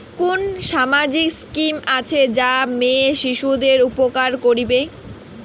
কুন সামাজিক স্কিম আছে যা মেয়ে শিশুদের উপকার করিবে?